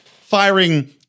firing